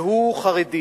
והוא חרדי